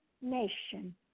nation